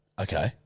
Okay